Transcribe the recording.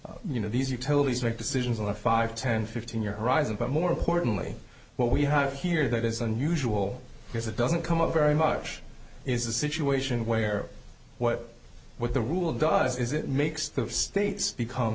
you know these utilities make decisions about five ten fifteen year horizon but more importantly what we have here that is unusual because it doesn't come up very much is a situation where what what the rule does is it makes the states become